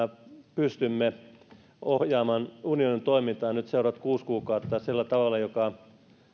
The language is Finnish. pystymme ohjaamaan unionin toimintaa nyt seuraavat kuusi kuukautta tavalla joka